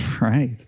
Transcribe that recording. right